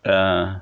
啊